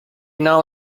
now